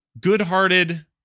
good-hearted